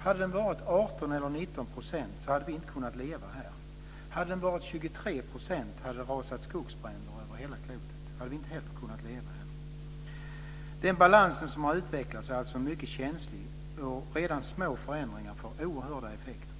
Hade den varit 18 eller 19 % hade vi inte kunnat leva här. Hade den varit 23 % skulle det rasat skogsbränder över hela klotet. Då hade vi inte heller kunnat leva här. Den balans som har utvecklats är mycket känslig, och redan små förändringar får oerhörda effekter.